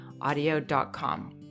audio.com